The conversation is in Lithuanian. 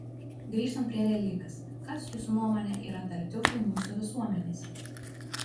grįžtant prie realybės kas jūsų nuomone yra tartiufai mūsų visuomenėse